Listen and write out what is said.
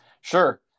Sure